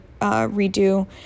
redo